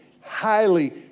highly